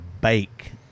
bake